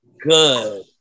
good